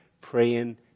praying